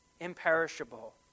imperishable